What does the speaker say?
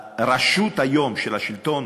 הרשות היום, של השלטון